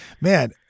man